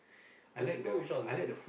you smoke which one